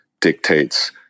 dictates